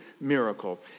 miracle